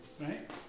Right